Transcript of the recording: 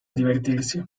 divertirsi